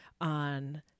on